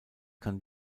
kann